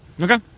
Okay